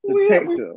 detective